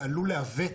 זה עלול לעוות